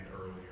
earlier